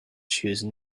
choose